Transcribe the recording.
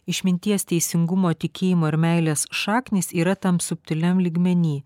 išminties teisingumo tikėjimo ir meilės šaknys yra tam subtiliam lygmeny